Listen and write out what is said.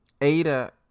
ADA